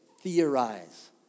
theorize